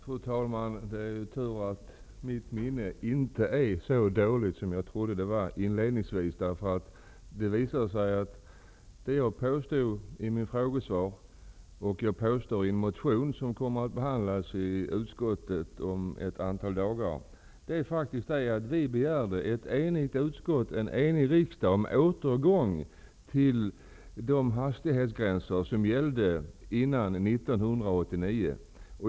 Fru talman! Det är tur att mitt minne inte är så dåligt som jag inledningsvis trodde att det var. Det visade ju sig att det jag påstod i min fråga var korrekt -- och som jag påstår i en motion som skall behandlas i utskottet om ett antal dagar -- nämligen att en enig riksdag har begärt en återgång till de hastighetsgränser som gällde före 1989.